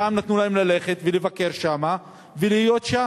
הפעם נתנו להם ללכת ולבקר שם ולהיות שם.